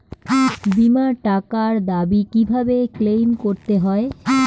বিমার টাকার দাবি কিভাবে ক্লেইম করতে হয়?